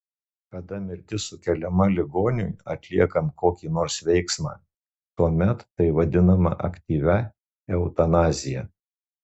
kada mirtis sukeliama ligoniui atliekant kokį nors veiksmą tuomet tai vadinama aktyvia eutanazija